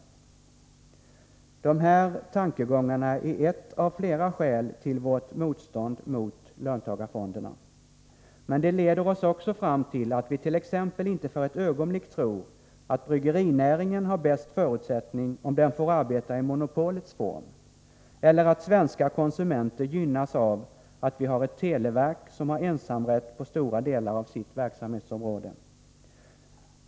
De här tankegångarna är ett av flera skäl till vårt motstånd mot löntagarfonderna. Men det leder oss också fram till att vi t.ex. inte för ett ögonblick tror att bryggerinäringen har bäst förutsättning om den får arbeta i monopolets form eller att svenska konsumenter gynnas av att vi har ett televerk som har ensamrätt på stora delar av sitt verksamhetsområde.